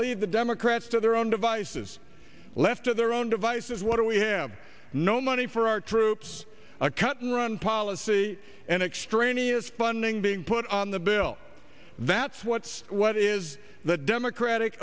leave the democrats to their own devices left to their own devices what do we have no money for our troops a cut and run policy and extraneous funding being put on the bill that's what's what is the democratic